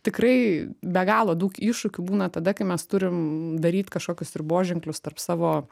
tikrai be galo daug iššūkių būna tada kai mes turim daryt kažkokius riboženklius tarp savo